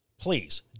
Please